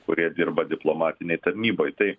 kurie dirba diplomatinėj tarnyboj tai